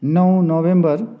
नौ नोभेम्बर